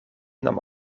nam